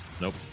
nope